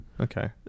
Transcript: Okay